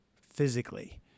physically